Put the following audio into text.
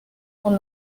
con